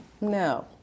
No